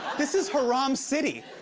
this is haram city.